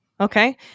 okay